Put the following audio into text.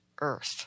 earth